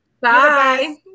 Bye